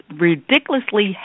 ridiculously